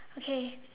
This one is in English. okay